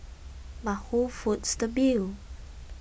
but who foots the bill